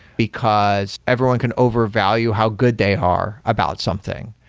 because everyone can overvalue how good they are about something.